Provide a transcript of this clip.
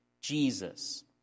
Jesus